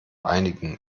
einigen